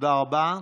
תודה רבה.